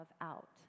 out